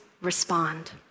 respond